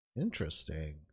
Interesting